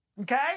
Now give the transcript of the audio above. okay